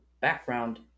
background